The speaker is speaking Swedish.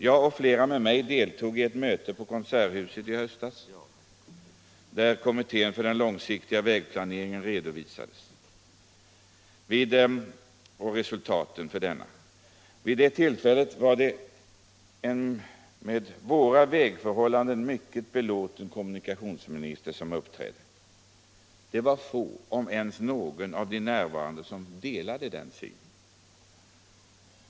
Jag och flera med mig deltog i ett möte på Konserthuset i höstas, där kommittén för den långsiktiga vägplaneringen och dess resultat redovisades. Vid det tillfället var det en med våra vägförhållanden mycket belåten kommunikationsminister som uppträdde. Det var få — om ens någon — av de närvarande som delade denna syn.